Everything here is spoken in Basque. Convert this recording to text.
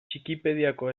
txikipediako